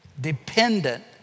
dependent